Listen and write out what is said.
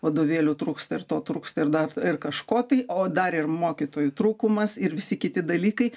vadovėlių trūksta ir to trūksta ir dar ir kažko tai o dar ir mokytojų trūkumas ir visi kiti dalykai